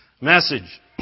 Message